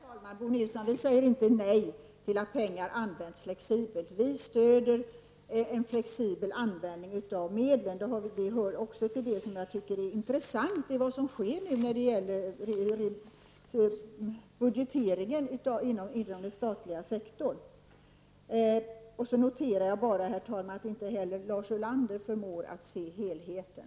Herr talman! Bo Nilsson, vi säger inte nej till att pengar används flexibelt. Vi stöder en flexibel användning av medlen. Det hör till det intressanta i vad som nu sker när det gäller budgeteringen inom den statliga sektorn. Herr talman! Jag noterar att inte heller Lars Ulander förmår se helheten.